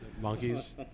Monkeys